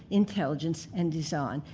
intelligence and design,